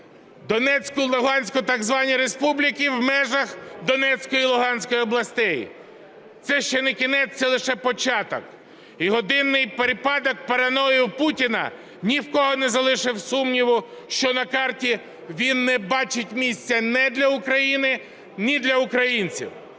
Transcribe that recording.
Донецьку, Луганську так звані республіки в межах Донецької і Луганської областей. Це ще не кінець, це лише початок. І годинний припадок параної Путіна ні в кого не залишив сумніву, що на карті він не бачить місця ні для України, ні для українців.